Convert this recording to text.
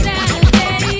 Saturday